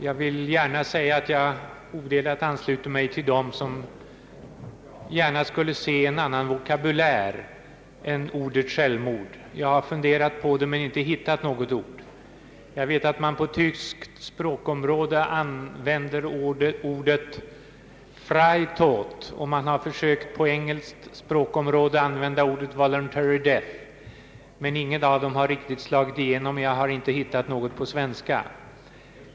Jag ansluter mig odelat till dem som gärna skulle se att en annan vokabulär än ordet självmord kom till användning. Jag har funderat på det, men inte hittat något ord. Jag vet att man inom tyskt språkområde använder ordet »Freitod» och att man inom engelskt språkområde försökt använda begreppet »voluntary death», men inget av dessa ord har riktigt slagit igenom. Jag har heller inte hittat något lämpligt ord på svenska.